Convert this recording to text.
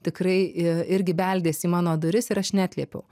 tikrai i irgi beldės į mano duris ir aš neatliepiau